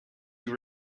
you